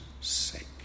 sake